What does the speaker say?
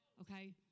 Okay